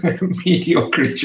Mediocre